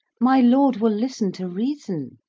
my lord will listen to reason.